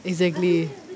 exactly